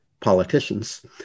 politicians